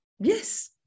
Yes